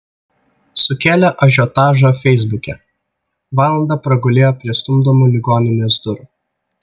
sukėlė ažiotažą feisbuke valandą pragulėjo prie stumdomų ligoninės durų